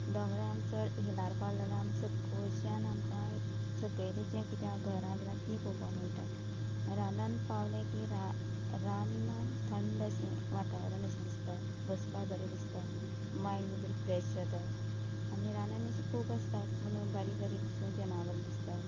डोंगरार आमी चड हिलार पावले जाल्यार वयरच्यान आमकां सकयलीं जें कितें आसा घरां बिरां तीं पोवपा मेळटा रानांत पावलें की रानांत थंड अशें वातावरण अशें दिसता बसपाक बरें दिसता मायंड बी बरी फ्रेश जाता आनी रानान अशें खूब आसता बारीक बारीक जनावर दिसता